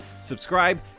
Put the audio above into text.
subscribe